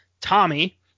Tommy